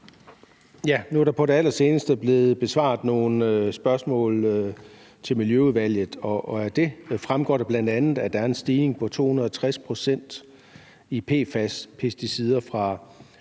Nu er der på det allerseneste blevet besvaret nogle spørgsmål til Miljøudvalget, og af det fremgår bl.a., at der er en stigning på 260 pct. i PFAS-pesticider fra